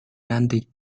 nanti